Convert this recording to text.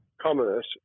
commerce